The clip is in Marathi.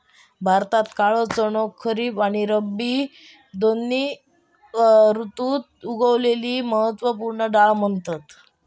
भारतात काळो चणो खरीब आणि रब्बी दोन्ही ऋतुत उगवलेली महत्त्व पूर्ण डाळ म्हणतत